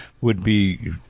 would-be